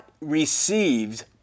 received